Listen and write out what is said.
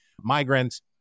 migrants